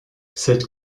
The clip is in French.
cette